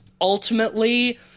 ultimately